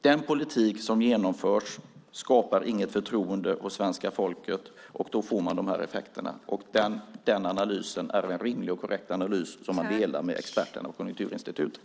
Den politik som genomförs skapar inget förtroende hos svenska folket, och då får man de här effekterna. Den analysen är en rimlig och korrekt analys som jag delar med experterna och Konjunkturinstitutet.